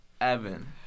Evan